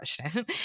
question